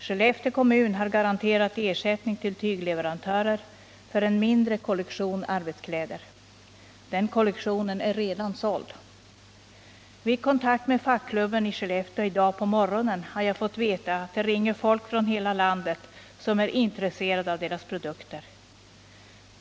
Skellefteå kommun har garanterat ersättning till tygleverantörer för en mindre kollektion arbetskläder. Den kollektionen är redan såld. Vid kontakt med fackklubben i Skellefteå i dag på morgonen har jag fått veta att det ringer folk från hela landet, som är intresserade av deras produkter.